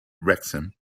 wrexham